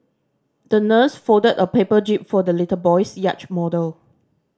the nurse folded a paper jib for the little boy's yacht model